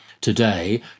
today